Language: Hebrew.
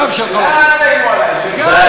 בוא נעשה מבחן,